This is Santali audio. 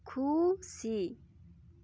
ᱠᱷᱩᱻᱥᱤ